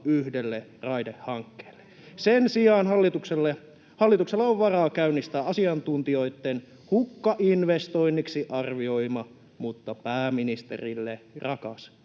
Onko reilua?] Sen sijaan hallituksella on varaa käynnistää asiantuntijoitten hukkainvestoinniksi arvioima mutta pääministerille rakas